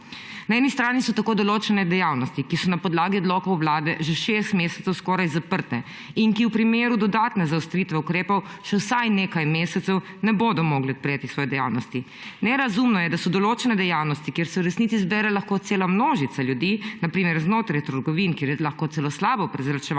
Na eni strani so tako določene dejavnosti, ki so na podlagi odlokov Vlade že šest mesecev skoraj zaprte in ki v primeru dodatne zaostritve ukrepov še vsaj nekaj mesecev ne bodo mogle odpreti svoje dejavnosti. Nerazumno je, da so določene dejavnosti, kjer se v resnici lahko zbere cela množica ljudi – na primer znotraj trgovin, kjer je lahko celo slabo prezračevanje